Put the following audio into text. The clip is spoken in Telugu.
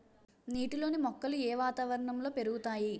నీటిలోని మొక్కలు ఏ వాతావరణంలో పెరుగుతాయి?